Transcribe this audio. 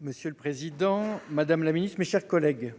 Monsieur le président, madame la ministre, mes chers collègues,